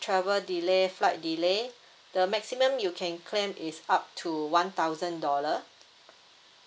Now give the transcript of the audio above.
travel delay flight delay the maximum you can claim is up to one thousand dollar